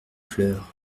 fleurs